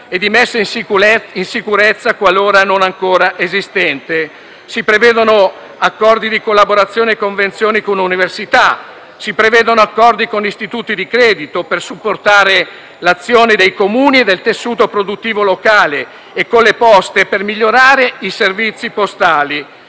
e di messa in sicurezza, qualora non ancora esistente. Si prevedono accordi di collaborazione e convenzioni con università, nonché accordi con istituti di credito, per supportare l'azione dei Comuni e del tessuto produttivo locale, e con Poste Italiane per migliorare i servizi postali.